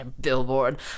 billboard